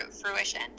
fruition